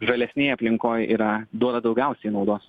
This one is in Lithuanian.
žalesnėj aplinkoj yra duoda daugiausiai naudos